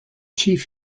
chief